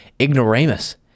ignoramus